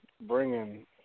bringing –